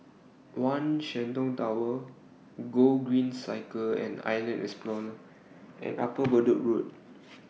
one Shenton Tower Gogreen Cycle and Island Explorer and Upper Bedok Road